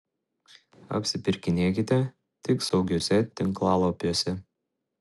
apsipirkinėkite tik saugiuose tinklalapiuose